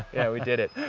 yeah we did it.